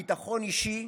ביטחון אישי,